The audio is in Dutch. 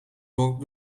dorp